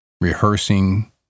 rehearsing